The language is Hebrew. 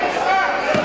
אדוני.